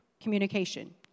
communication